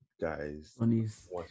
guys